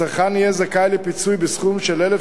הצרכן יהיה זכאי לפיצוי בסכום של 1,000